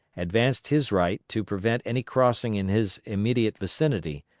advanced his right to prevent any crossing in his immediate vicinity,